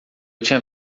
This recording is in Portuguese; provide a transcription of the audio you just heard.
tinha